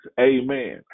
Amen